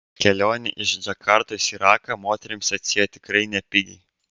kelionė iš džakartos į raką moterims atsiėjo tikrai nepigiai